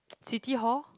City Hall